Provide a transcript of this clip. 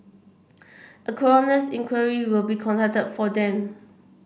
a coroner's inquiry will be conducted for them